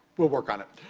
we'll work on it.